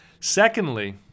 Secondly